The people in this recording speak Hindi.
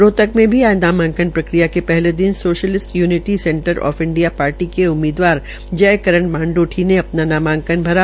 रोहतक में भी आज नामांकन प्रक्रिया के पहले दिन socialist unity centre of India party के उम्मीदवार जयकरण मोडोठी ने अपना नामांकन भरा